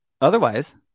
otherwise